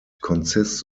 consists